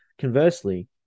Conversely